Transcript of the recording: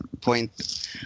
point